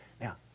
Now